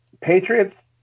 Patriots